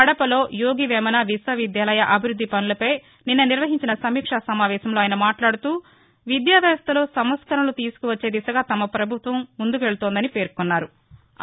కడపలో యోగి వేమన విశ్వవిద్యాలయ అభివృద్ది పనులపై నిన్న నిర్వహించిన సమీక్షా సమావేశంలో ఆయన మాట్లాడుతూ విద్యా వ్యవస్థలో సంస్కరణలు తీసుకువచ్చే దిశగా తమ పభుత్వం ముందుకు వెక్తోందన్నారు